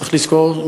צריך לזכור,